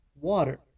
water